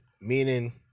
meaning